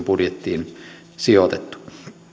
budjettiin sijoitettu